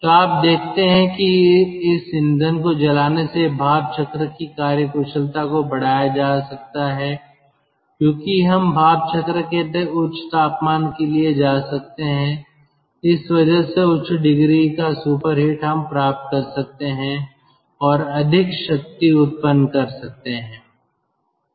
तो आप देखते हैं कि इस ईंधन को जलाने से भाप चक्र की कार्यकुशलता को बढ़ाया जा सकता है क्योंकि हम भाप चक्र के उच्च तापमान के लिए जा सकते हैं इस वजह से उच्च डिग्री का सुपरहिट हम प्राप्त कर सकते हैं और अधिक शक्ति उत्पन्न कर सकते हैं